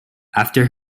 after